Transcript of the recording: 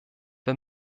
wer